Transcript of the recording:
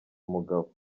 umugabo